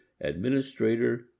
Administrator